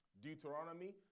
Deuteronomy